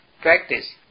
practice